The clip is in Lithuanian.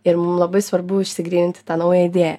ir mum labai svarbu išsigryninti tą naują idėją